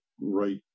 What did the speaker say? right